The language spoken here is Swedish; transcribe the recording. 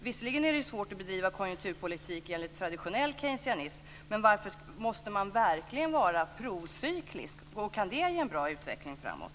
Visserligen är det svårt att bedriva konjunkturpolitik enligt traditionell keynesianism, men måste man verkligen vara procyklisk? Kan det ge en bra utveckling framåt?